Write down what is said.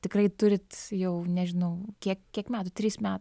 tikrai turit jau nežinau kiek kiek metų trys met